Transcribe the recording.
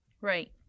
Right